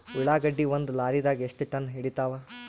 ಉಳ್ಳಾಗಡ್ಡಿ ಒಂದ ಲಾರಿದಾಗ ಎಷ್ಟ ಟನ್ ಹಿಡಿತ್ತಾವ?